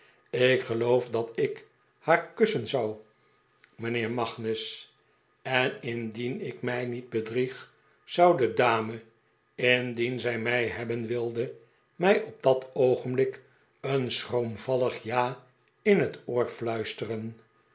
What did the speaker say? ik geloof dat ik haar kussen zou mijnheer magnus en indien ik mij niet bedrieg zou de dame indien zij mij hebben wilde mij op dat oogenblik een schroomvallig ja in het oor fluisteren